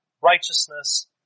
righteousness